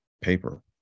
paper